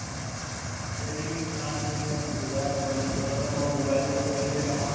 जॾहिं बि तव्हां जीअं ॿुधायो भली चयो त मां मोबाइल ते मोकिले छॾांव